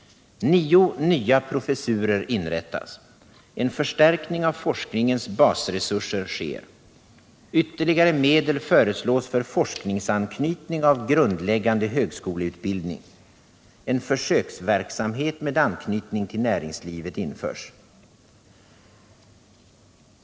Nio nya professurer inrättas. En förstärkning av forskningens basresurser sker. Ytterligare medel föreslås för forskningsanknytning av grundläggande högskoleutbildning. En försöksverksamhet med anknytning till näringslivet införs.